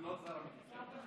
אני לא השר המקשר.